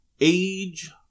Age